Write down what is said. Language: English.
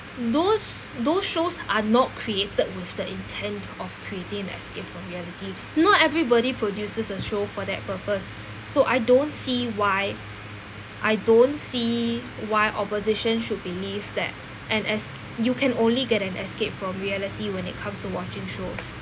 those those shows are not created with the intent of creating escape from reality not everybody produces a show for that purpose so I don't see why I don't see why opposition should believe that an es~ you can only get an escape from reality when it comes to watching shows